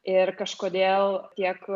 ir kažkodėl tiek